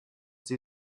sie